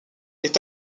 est